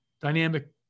dynamic